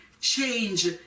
change